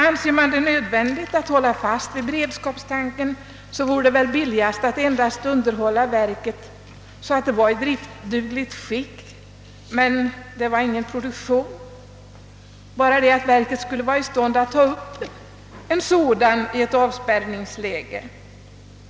Anser man det nödvändigt att hålla fast vid beredskapstanken, så vore det väl billigast att endast underhålla verket så att det hölles i driftsdugligt skick men utan någon produktion i gång, varigenom verket skulle vara i stånd att återuppta driften i ett avspärrningsläge.